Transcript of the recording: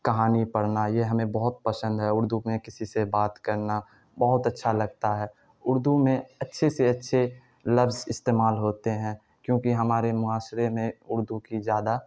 کہانی پڑھنا یہ ہمیں بہت پسند ہے اردو میں کسی سے بات کرنا بہت اچھا لگتا ہے اردو میں اچھے سے اچھے لفظ استعمال ہوتے ہیں کیونکہ ہمارے معاشرے میں اردو کی زیادہ